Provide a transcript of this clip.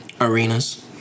Arenas